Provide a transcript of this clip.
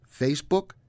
Facebook